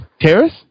Terrace